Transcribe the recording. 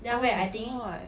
oh my god